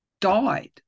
died